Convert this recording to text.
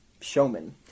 showman